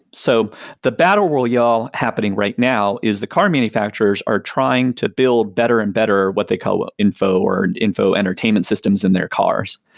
so the battle royale happening right now is the car manufacturers are trying to build better and better, what they call info, or and info entertainment systems in their cars.